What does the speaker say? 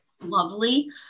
Lovely